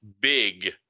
big